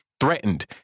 threatened